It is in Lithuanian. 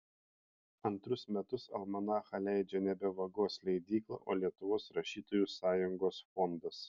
antrus metus almanachą leidžia nebe vagos leidykla o lietuvos rašytojų sąjungos fondas